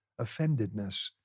offendedness